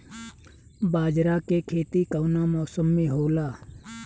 बाजरा के खेती कवना मौसम मे होला?